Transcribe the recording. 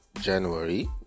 January